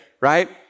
right